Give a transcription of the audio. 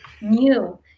new